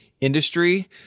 industry